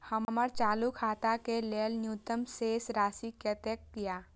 हमर चालू खाता के लेल न्यूनतम शेष राशि कतेक या?